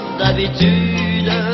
d'habitude